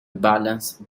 balance